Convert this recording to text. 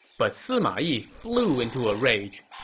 but sima yi flew into a rage.